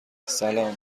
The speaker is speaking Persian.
سلام